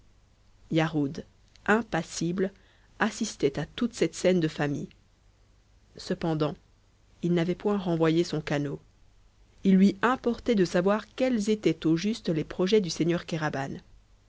yarhud impassible assistait à toute cette scène de famille cependant il n'avait point renvoyé son canot il lui importait de savoir quels étaient au juste les projets du seigneur